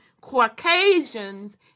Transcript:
Caucasians